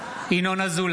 (קורא בשמות חברי הכנסת) ינון אזולאי,